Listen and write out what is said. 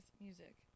music